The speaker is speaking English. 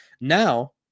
now